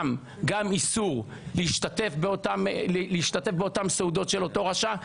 איסור להשתתף באותן סעודות של אותו רשע,